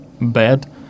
bad